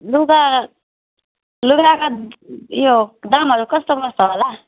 लुगा लुगा यो दामहरू कस्तो कस्तोहरू होला